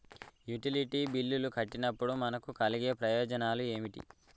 Utility బిల్లులు కట్టినప్పుడు మనకు కలిగే ప్రయోజనాలు ఏమిటి?